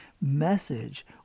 message